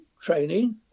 training